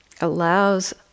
allows